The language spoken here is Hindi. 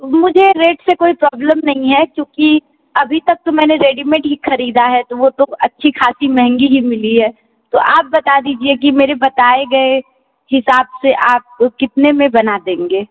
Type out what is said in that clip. मुझे रेट से कोई प्रॉब्लम नहीं है क्योंकि अभी तक तो मैंने रेडीमेड ही ख़रीदा है तो वो तो अच्छी ख़ासी महंगी ही मिली है तो आप बता दीजिए कि मेरे बताए गए हिसाब से आप कितने में बना देंगे